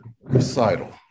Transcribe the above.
recital